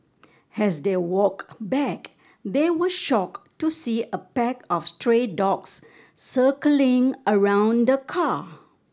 as they walked back they were shocked to see a pack of stray dogs circling around the car